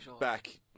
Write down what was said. back